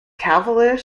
cavalier